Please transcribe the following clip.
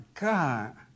God